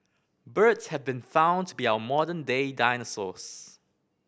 birds have been found to be our modern day dinosaurs